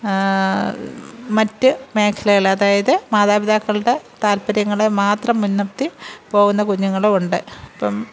മറ്റ് മേഖലകൾ അതായത് മാതാപിതാക്കളുടെ താല്പ്പര്യങ്ങളെ മാത്രം മുന്നിര്ത്തി പോകുന്ന കുഞ്ഞുങ്ങളും ഉണ്ട്